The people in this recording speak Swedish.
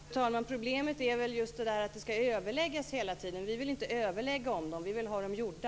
Fru talman! Problemet är att det hela tiden skall överläggas. Vi vill inte överlägga om dem; vi vill ha dem gjorda.